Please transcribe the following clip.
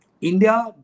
India